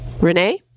Renee